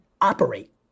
operate